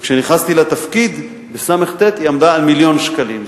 וכשנכנסתי לתפקיד בתשס"ט היא עמדה על מיליון שקלים,